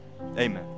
Amen